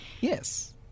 Yes